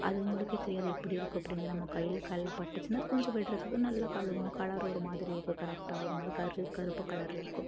அது உங்களுக்கே தெரியும் அது எப்படி இருக்கும் அப்படின்னு நம்ம கையில் காலில் பட்டுச்சுன்னால் அது கொஞ்சம் விடுறதுக்கு நல்லா கழுவணும் கலர் ஒரு மாதிரி இருக்கும் கரெக்டா ஒரு மாதிரி கரு கருப்பு கலரில் இருக்கும்